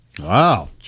Wow